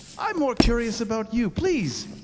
i'm more curious about you. please,